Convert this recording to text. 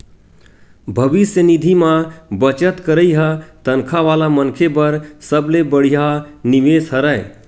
भविस्य निधि म बचत करई ह तनखा वाला मनखे बर सबले बड़िहा निवेस हरय